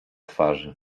twarzy